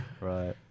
right